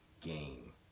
game